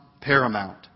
paramount